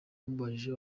umubajije